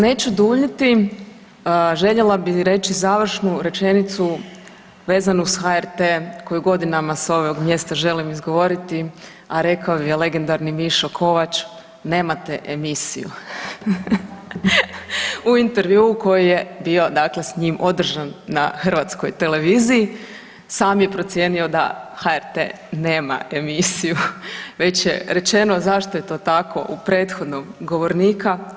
Neću duljiti, željela bi reći završnu rečenicu vezanu uz HRT koju godinama s ovog mjesta želim izgovoriti, a rekao ju je legendarni Mišo Kovač, nemate emisiju u intervjuu koji je bio dakle s njim održan na hrvatskoj televiziji sam je procijenio da HRT nema emisiju već je rečeno zašto je to tako u prethodnog govornika.